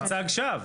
מצג שווא.